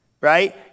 right